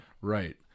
right